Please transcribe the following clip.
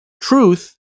truth